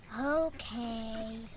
Okay